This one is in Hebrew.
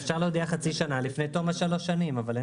אפשר להודיע חצי שנה לפני תום השלוש שנים.